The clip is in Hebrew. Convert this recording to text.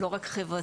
לא רק חברתי,